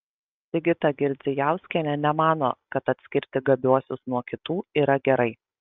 sigita girdzijauskienė nemano kad atskirti gabiuosius nuo kitų yra gerai